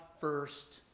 first